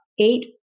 eight